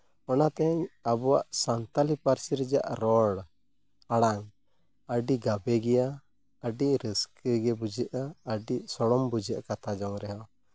ᱚᱱᱟᱛᱮ ᱟᱵᱚᱣᱟᱜ ᱥᱟᱱᱛᱟᱲᱤ ᱯᱟᱹᱨᱥᱤ ᱨᱮᱭᱟᱜ ᱨᱚᱲ ᱟᱲᱟᱝ ᱟᱹᱰᱤ ᱜᱟᱵᱮ ᱜᱮᱭᱟ ᱟᱹᱰᱤ ᱨᱟᱹᱥᱠᱟᱹ ᱜᱮ ᱵᱩᱡᱷᱟᱹᱜᱼᱟ ᱟᱹᱰᱤ ᱥᱚᱲᱚᱢ ᱵᱩᱡᱷᱟᱹᱜᱼᱟ ᱠᱟᱛᱷᱟ ᱡᱚᱝ ᱨᱮᱦᱚᱸ